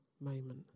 moment